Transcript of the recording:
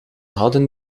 hadden